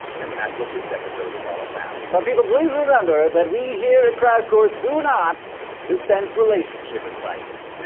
and that's what this episode is all about. but, people, please remember that we here at crash course do not dispense relationship advice.